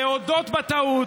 להודות בטעות,